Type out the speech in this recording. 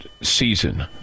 season